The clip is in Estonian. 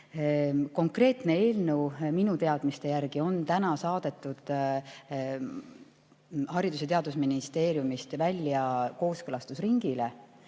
Konkreetne eelnõu minu teadmiste järgi on täna saadetud Haridus- ja Teadusministeeriumist välja kooskõlastusringile